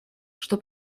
что